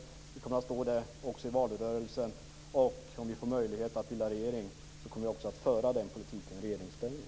Vi kommer att stå för det också i valrörelsen. Om vi får möjlighet att bilda regering kommer vi också att föra den politiken i regeringsställning.